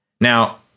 Now